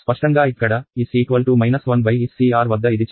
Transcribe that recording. స్పష్టంగా ఇక్కడ s 1 SCR వద్ద ఇది చెల్లదు